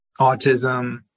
autism